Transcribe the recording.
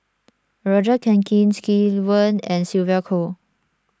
Roger Jenkins Lee Wen and Sylvia Kho